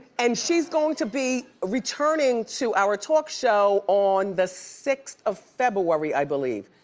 and she's going to be returning to our talk show on the sixth of february, i believe.